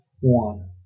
one